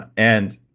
and